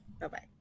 Bye-bye